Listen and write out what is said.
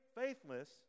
faithless